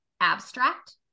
abstract